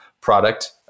product